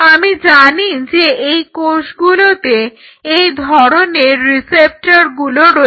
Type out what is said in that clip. আমি জানি যে এই কোষগুলোতে এই ধরনের রিসেপ্টরগুলো রয়েছে